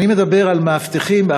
אני מדבר על מאבטחים,